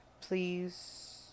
Please